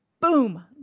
boom